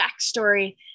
backstory